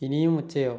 ഇനിയും ഉച്ചയോ